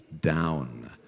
down